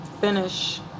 finish